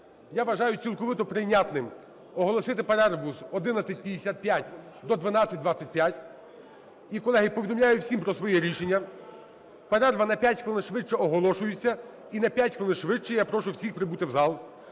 Я вважаю цілковито прийнятним оголосити перерву з 11:55 до 12:25. І, колеги, повідомляю всім про своє рішення: перерва на 5 хвилин швидше оголошується і на 5 швидше я прошу всіх прибути в зал.